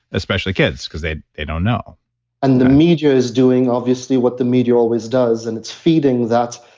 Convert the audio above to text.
especially kids because they they don't know and the media is doing obviously what the media always does, and it's feeding that